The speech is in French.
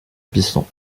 piston